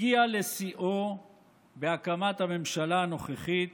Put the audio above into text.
הגיע לשיאו בהקמת הממשלה הנוכחית,